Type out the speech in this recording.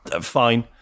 Fine